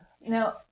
Now